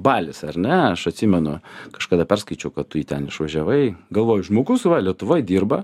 balis ar ne aš atsimenu kažkada perskaičiau kad tu į ten išvažiavai galvoju žmogus va lietuvoj dirba